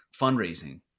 fundraising